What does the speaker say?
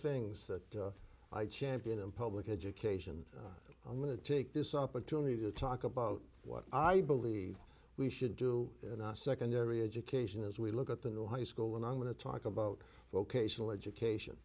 things that i champion in public education i'm going to take this opportunity to talk about what i believe we should do in a secondary education as we look at the new high school and i'm going to talk about locational education